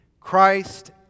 Christ